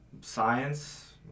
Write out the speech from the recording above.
science